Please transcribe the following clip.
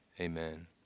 amen